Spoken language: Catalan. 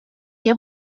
què